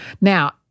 Now